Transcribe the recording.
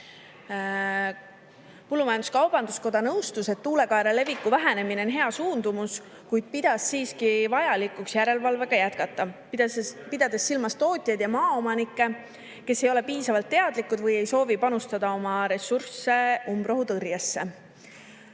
Põllumajandus-kaubanduskoda nõustus, et tuulekaera leviku vähenemine on hea suundumus, kuid pidas siiski vajalikuks järelevalvega jätkata, pidades silmas tootjaid ja maaomanikke, kes ei ole piisavalt teadlikud või ei soovi panustada oma ressursse